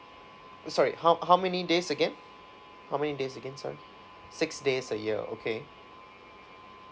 sorry how how many days again how many days again sorry six days a year okay